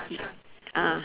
y ah